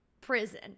prison